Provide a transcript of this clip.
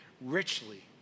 richly